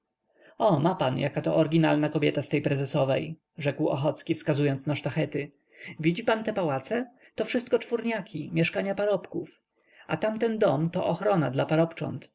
o ma pan jakato oryginalna kobieta z tej prezesowej rzekł ochocki wskazując na sztachety widzi pan te pałace to wszystko czwórniaki mieszkania parobków a tamten dom to ochrona dla